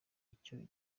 icyo